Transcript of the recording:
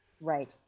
Right